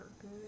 good